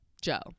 Joe